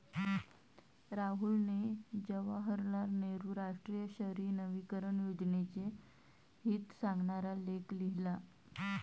राहुलने जवाहरलाल नेहरू राष्ट्रीय शहरी नवीकरण योजनेचे हित सांगणारा लेख लिहिला